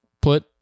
put